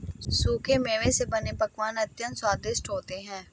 सूखे मेवे से बने पकवान अत्यंत स्वादिष्ट होते हैं